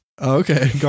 okay